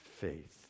faith